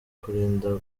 kurinda